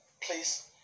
please